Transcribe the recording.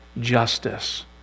justice